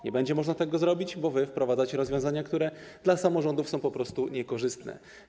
Nie będzie można tego zrobić, bo wy wprowadzacie rozwiązania, które dla samorządów są po prostu niekorzystne.